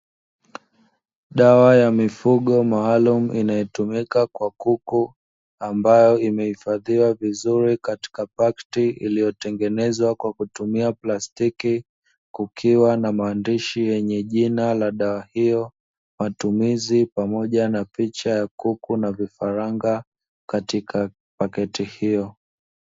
Dawa ya mifugo maalumu inayotumika kwa kuku, ambayo imehifadhiwa vizuri katika pakiti iliyotengenezwa kwa kutumia plastiki, kukiwa na maandishi yenye jina la dawa hiyo, matumizi, pamoja na picha ya kuku na vifaranga katika pakiti hiyo.